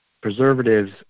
preservatives